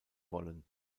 wollen